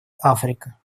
африка